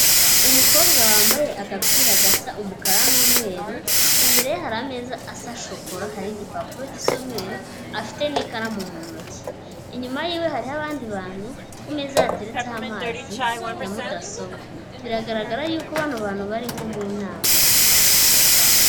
Umukobwa wambaye agapira gasa umukara n'umweru imbere ye hari ameza asa shokora hari igipapuro gisa umweru afite n'ikaramu mu ntoki, inyuma yiwe hariho abandi bantu ku meza hateretseho amazi na mudasobwa biragaragara yuko bano bantu bari nko mu nama.